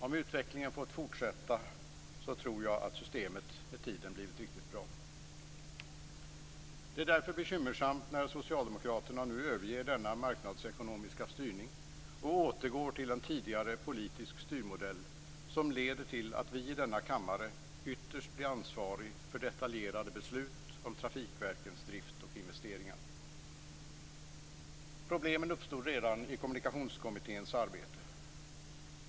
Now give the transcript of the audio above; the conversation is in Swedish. Om utvecklingen fått fortsätta, tror jag att systemet med tiden blivit riktigt bra. Det är därför bekymmersamt att Socialdemokraterna nu överger denna marknadsekonomiska styrning och återgår till en tidigare politisk styrmodell som leder till att vi i denna kammare ytterst blir ansvariga för detaljerade beslut om trafikverkens drift och investeringar. Problemen uppstod redan under Kommunikationskommitténs arbete.